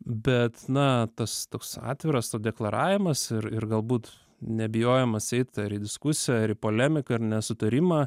bet na tas toks atviras to deklaravimas ir ir galbūt nebijojimas eit ar į diskusiją ar į polemiką ar nesutarimą